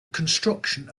construction